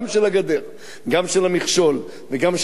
גם של המכשול וגם של הקמת הערים,